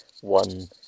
one